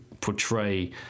portray